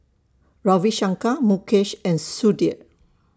Ravi Shankar Mukesh and Sudhir